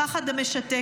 הפחד המשתק,